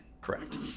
Correct